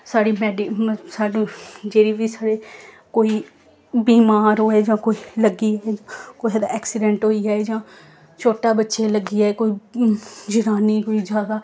साढ़ी मैडी मै सानूं जेह्ड़ी बी साढ़ी कोई बीमार होऐ जां कोई लग्गी जाए कुसै दा ऐक्सिडैंट होई जाए जां छोटा बच्चे गी लग्गी जाए कोई जनानी कोई जैदा